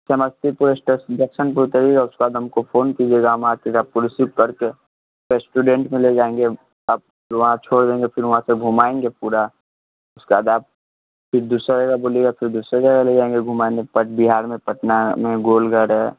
Samastipur station junction पर उतरिएगा और उसके बाद हमको फ़ोन कीजिएगा हम आपको रिसीव करके रेस्टुरेंट में ले जाएँगे आपको वहाँ छोड़ देंगे फ़िर वहाँ से घुमाएँगे पूरा उसके बाद आप फ़िर दूसरी जगह बोलिएगा फ़िर दूसरी जगह ले जाएँगे घुमाने पट बिहार में पटना में गोलघर है